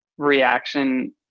reaction